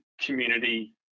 community